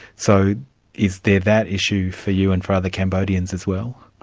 so is there that issue for you and for other cambodians as well?